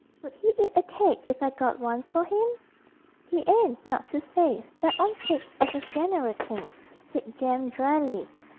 would he eat a cake if i got one for him he ain't, not to say, fed on cakes as a general thing said jem drily,